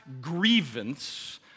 grievance